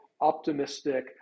optimistic